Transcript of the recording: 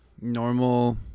normal